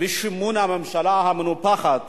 ושימון הממשלה המנופחת